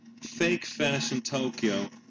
fakefashiontokyo